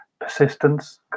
Persistence